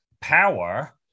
power